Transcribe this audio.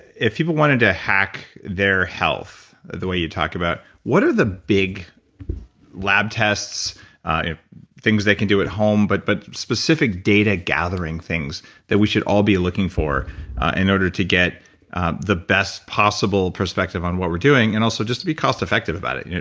if people wanted to hack their health the way you talk about, what are the big lab test things they can do at home, but but specific data gathering things that we should all be looking for in order to get ah the best possible perspective on what we're doing and also, just to be costeffective about it? and